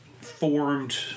formed